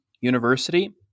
University